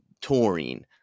touring